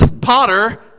potter